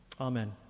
Amen